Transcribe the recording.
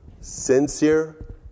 Sincere